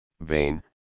vain